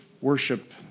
worship